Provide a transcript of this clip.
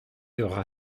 aura